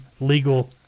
legal